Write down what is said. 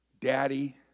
daddy